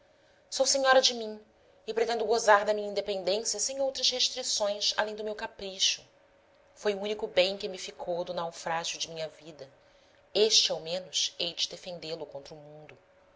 sou senhora de mim e pretendo gozar da minha independência sem outras restrições além do meu capricho foi o único bem que me ficou do naufrágio de minha vida este ao menos hei de defendê lo contra o mundo